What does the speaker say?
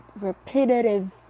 Repetitive